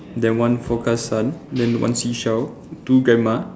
then one forecast sun then one seashell two grandma